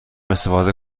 استفاده